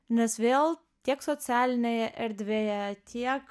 nes vėl tiek socialinėje erdvėje tiek